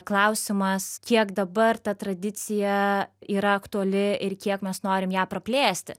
klausimas kiek dabar ta tradicija yra aktuali ir kiek mes norim ją praplėsti